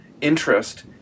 interest